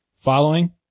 Following